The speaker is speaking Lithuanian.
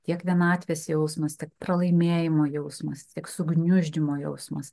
tiek vienatvės jausmas tiek pralaimėjimo jausmas tiek sugniuždymo jausmas